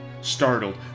Startled